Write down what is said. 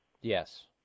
Yes